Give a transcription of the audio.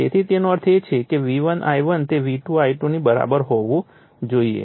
તેથી તેનો અર્થ એ છે કે V1 I1 તે V2 I2 ની બરાબર હોવું જોઈએ